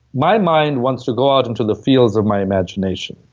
my mind wants to go out into the fields of my imagination.